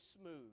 smooth